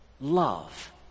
Love